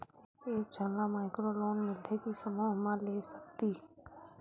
एक झन ला माइक्रो लोन मिलथे कि समूह मा ले सकती?